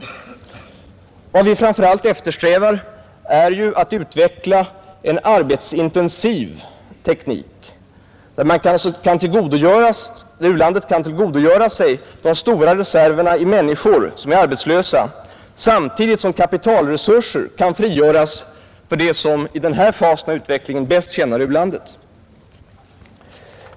Vad vi framför allt eftersträvar är att utveckla en arbetsintensiv teknik, där u-landet kan tillgodogöra sig de stora reserverna av människor som är arbetslösa, samtidigt som kapitalresurser kan frigöras för det som i denna fas av utvecklingen bäst tjänar u-landet.